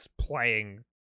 playing